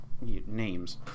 names